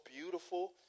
beautiful